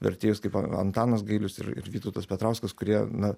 vertėjus kaip a antanas gailius ir ir vytautas petrauskas kurie na